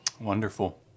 wonderful